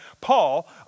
Paul